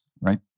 right